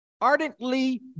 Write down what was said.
ardently